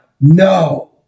no